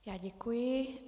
Já děkuji.